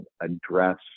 address